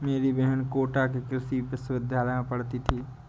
मेरी बहन कोटा के कृषि विश्वविद्यालय में पढ़ती थी